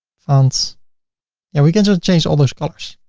fonts and we can so change all those colors.